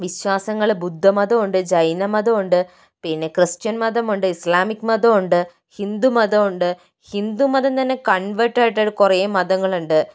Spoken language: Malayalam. വിശ്വാസങ്ങള് ബുദ്ധമതം ഉണ്ട് ജൈനമതം ഉണ്ട് പിന്നെ ക്രിസ്റ്റ്യന് മതം ഉണ്ട് ഇസ്ലാമിക് മതം ഉണ്ട് ഹിന്ദുമതം ഉണ്ട് ഹിന്ദുമതം തന്നെ കണ്വേര്ട്ടായിട്ട് കുറെ മതങ്ങള് ഉണ്ട്